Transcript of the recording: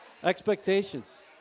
Expectations